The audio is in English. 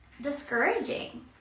discouraging